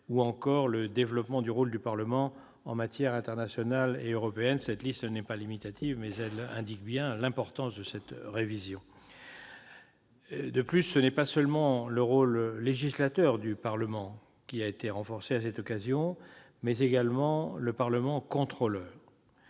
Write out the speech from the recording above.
ou encore le développement du rôle du Parlement en matière internationale et européenne- tout en n'étant pas exhaustive, cette liste montre bien l'importance de cette révision. C'est non pas seulement le rôle législateur du Parlement qui a été renforcé à cette occasion, mais également le Parlement contrôleur.